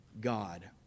God